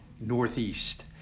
Northeast